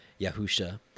Yahusha